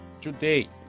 today